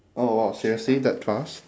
oh !wow! seriously that fast